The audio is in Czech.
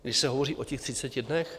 Když se hovoří o těch 30 dnech?